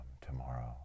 tomorrow